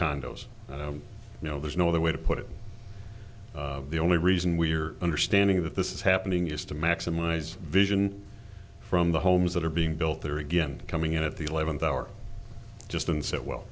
condos i don't know there's no other way to put it the only reason we're understanding that this is happening is to maximize vision from the homes that are being built there again coming in at the eleventh hour just and said well